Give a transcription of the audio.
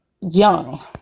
young